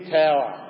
tower